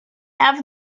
have